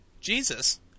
Jesus